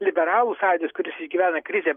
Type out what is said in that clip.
liberalų sąjūdis kuris išgyvena krizę